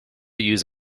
use